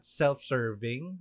self-serving